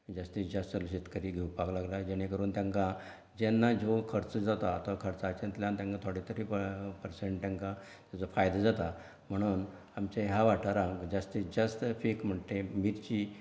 जास्तींत जास्त शेतकरी घेवपाक लागला जेणें करून तांकां जेन्ना ह्यो खर्च जाता तो खर्चांतल्यान तेंका थोडें तरी बरें पर्संट तेंका जो फायदो जाता म्हणोन आमचे ह्या वाठारांत जास्तींत जास्त एक म्हणटा तें मिर्ची